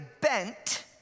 bent